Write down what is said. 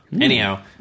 Anyhow